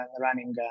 running